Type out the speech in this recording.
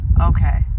Okay